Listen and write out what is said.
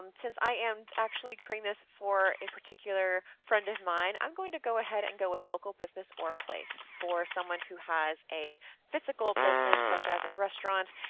um since i am actually creating this for a particular friend of mine, i'm going to go ahead and go with local business or place for someone who has a physical business such as a restaurant,